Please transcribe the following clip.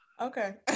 Okay